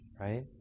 right